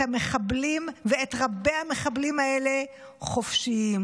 המחבלים ואת רבי המחבלים האלה חופשיים.